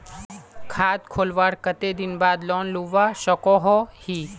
खाता खोलवार कते दिन बाद लोन लुबा सकोहो ही?